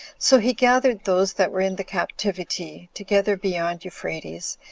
so he gathered those that were in the captivity together beyond euphrates,